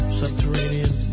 subterranean